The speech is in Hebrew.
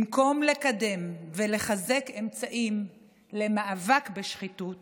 במקום לקדם ולחזק אמצעים למאבק בשחיתות